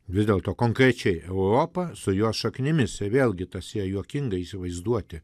vis dėlto konkrečiai europą su jos šaknimis ir vėlgi tas yra juokinga įsivaizduoti